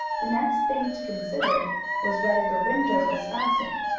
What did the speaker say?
the next thing to consider was whether the window was fastened.